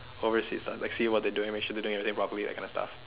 oversees ah like see what they're doing and make sure they're doing properly kind of stuff